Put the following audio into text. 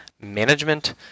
management